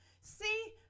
see